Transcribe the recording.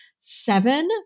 seven